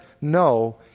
No